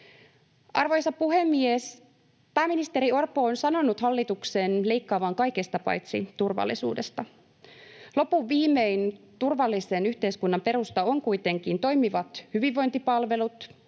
Arvoisa puhemies! Pääministeri Orpo on sanonut hallituksen leikkaavan kaikesta paitsi turvallisuudesta. Loppuviimein turvallisen yhteiskunnan perusta on kuitenkin toimivat hyvinvointipalvelut,